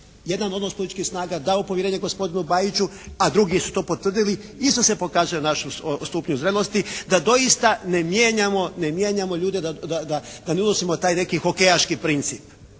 jedan odnos političkih snaga dao povjerenje gospodinu Bajiću, a drugi su to potvrdili isto se pokazuje naš stupanj zrelosti da doista ne mijenjamo ljude, da ne unosimo taj neki hokejaški princip